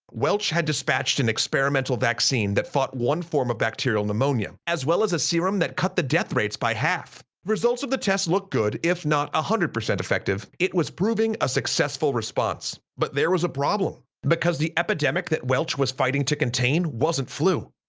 welch had dispatched an experimental vaccine that fought one form of bacterial pneumonia, as well as a serum that cut the death rates by half. results of the test looked good, if not one ah hundred percent effective. it was proving a successful response. but there was a problem. because the epidemic that welch was fighting to contain wasn't flu,